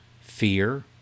fear